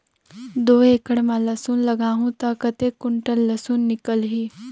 दो एकड़ मां लसुन लगाहूं ता कतेक कुंटल लसुन निकल ही?